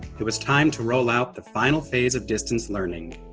it was time to roll out the final phase of distance learning.